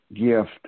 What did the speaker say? gift